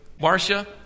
Marcia